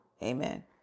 Amen